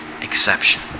exception